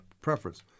preference